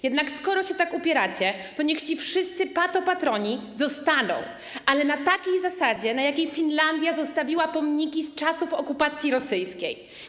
Jednak skoro się tak upieracie, to niech ci wszyscy patopatroni zostaną, ale na takiej zasadzie, na jakiej Finlandia zostawiła pomniki z czasów okupacji rosyjskiej.